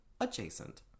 adjacent